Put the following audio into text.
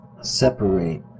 separate